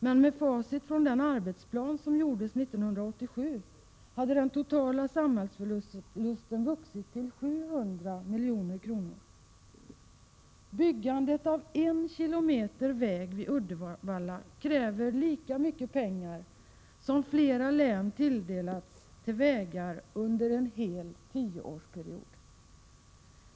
Men enligt facit från den arbetsplan som gjordes 1987 hade den totala samhällsförlusten vuxit till 700 milj.kr. Byggandet av 1 km väg vid Uddevalla kräver lika mycket pengar som flera län tilldelats till vägar under en hel tioårsperiod.